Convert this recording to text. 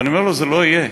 ואני אומר לו: זה לא יהיה,